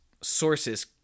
sources